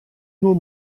nur